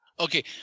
Okay